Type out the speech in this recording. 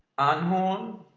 arnholm?